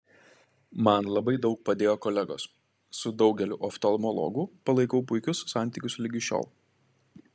man labai daug padėjo kolegos su daugeliu oftalmologų palaikau puikius santykius ligi šiol